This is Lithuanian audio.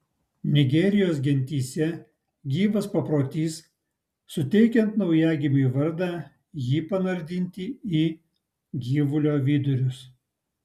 nigerijos gentyse gyvas paprotys suteikiant naujagimiui vardą jį panardinti į gyvulio vidurius